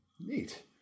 Neat